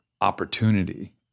opportunity